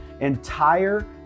entire